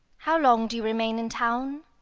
how long do you remain in town?